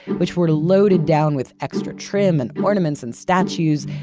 which were loaded down with extra trim and ornaments and statues,